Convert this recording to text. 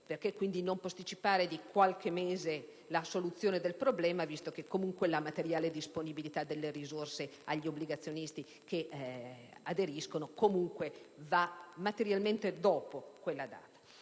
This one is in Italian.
Perché non posticipare di qualche mese la soluzione del problema, visto che la materiale disponibilità delle risorse agli obbligazionisti che aderiscono comunque andrà materialmente dopo quella data?